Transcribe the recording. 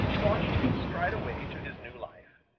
watched him stride away to his new life.